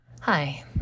Hi